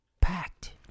packed